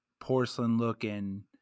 porcelain-looking